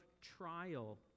trial